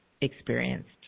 experienced